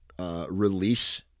release